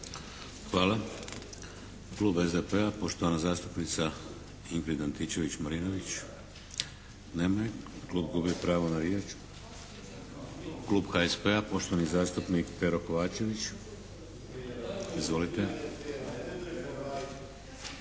Hvala. Klub SDP-a poštovana zastupnica Ingrid Antičević-Marinović. Nema je. Klub gubi pravo na riječ. Klub HSP-a poštovani zastupnik Pero Kovačević. Izvolite!